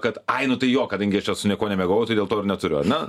kad ai nu tai jo kadangi aš čia su niekuo nemiegojau tai dėl to ir neturiu ar ne